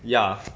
ya